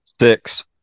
Six